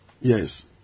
Yes